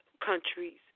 countries